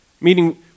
Meaning